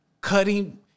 Cutting